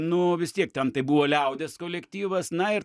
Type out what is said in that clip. nu vis tiek ten tai buvo liaudies kolektyvas na ir